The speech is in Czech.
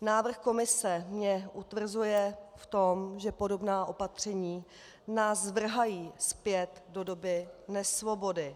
Návrh Komise mě utvrzuje v tom, že podobná opatření nás vrhají zpět do doby nesvobody.